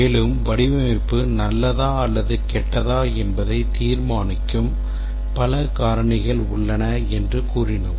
மேலும் வடிவமைப்பு நல்லதா அல்லது கெட்டதா என்பதை தீர்மானிக்கும் பல காரணிகள் உள்ளன என்று கூறினோம்